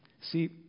See